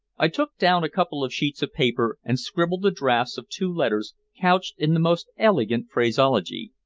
i took down a couple of sheets of paper and scribbled the drafts of two letters couched in the most elegant phraseology,